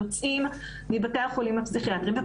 יוצאים מבתי החולים הפסיכיאטריים.